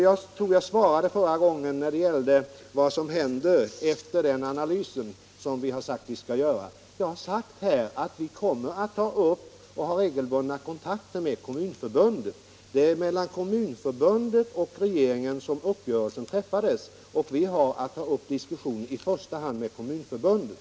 Jag tror att jag i mitt förra inlägg sade vad som kommer att ske när analysen är klar. Vi kommer att regelbundet ha kontakter med Kommunförbundet. Det är mellan Kommunförbundet och regeringen som uppgörelsen träffades, och vi har att i första hand ta upp diskussion med Kommunförbundet.